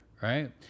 Right